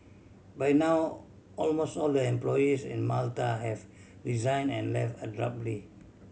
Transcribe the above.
by now almost all the employees in Malta have resigned and left abruptly